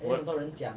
and then